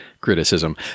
criticism